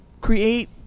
create